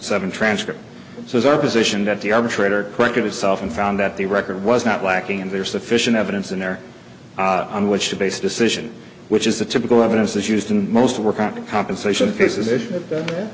seven transcript so is our position that the arbitrator corrected itself and found that the record was not lacking and there sufficient evidence in there on which to base a decision which is the typical evidence is used in most